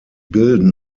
bilden